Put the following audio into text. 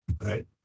right